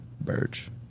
Birch